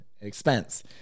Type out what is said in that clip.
Expense